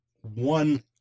one